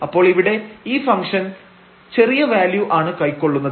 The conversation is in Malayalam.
അപ്പോൾ ഇവിടെ ഈ ഫംഗ്ഷൻ ചെറിയ വാല്യൂ ആണ് കൈക്കൊള്ളുന്നത്